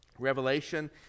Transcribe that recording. Revelation